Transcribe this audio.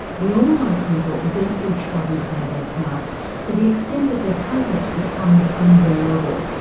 we all know people deeply troubled by their past to the extent that their present becomes unbearable.